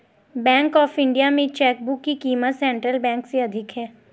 bank of India में chequebook की क़ीमत सेंट्रल बैंक से अधिक है